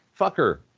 Fucker